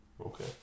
Okay